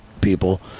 people